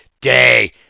day